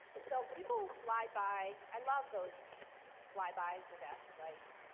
so people slide by, i love those fly bys your desk like,